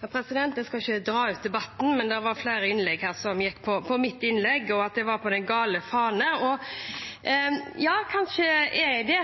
Jeg skal ikke dra ut debatten, men det var flere innlegg her som handlet om mitt innlegg, og at jeg har meldt meg under de gale faner. Ja, kanskje har jeg det,